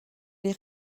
les